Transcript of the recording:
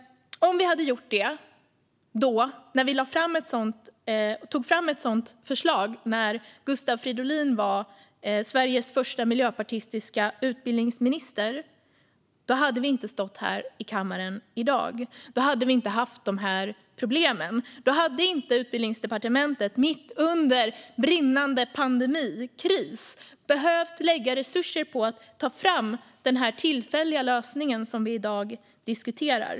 Om det hade gjorts när vi tog fram ett sådant förslag, när Gustav Fridolin var Sveriges första miljöpartistiska utbildningsminister, hade vi inte stått här i kammaren i dag och haft de här problemen. Då hade inte Utbildningsdepartementet mitt under brinnande pandemi och kris behövt lägga resurser på att ta fram den tillfälliga lösning som vi i dag diskuterar.